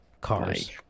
Cars